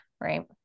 Right